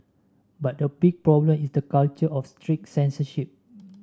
but the big problem is the culture of strict censorship